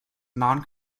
non